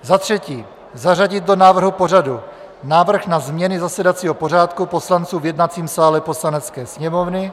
Za třetí, zařadit do návrhu pořadu návrh na změny zasedacího pořádku poslanců v jednacím sále Poslanecké sněmovny.